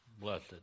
blessed